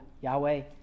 Yahweh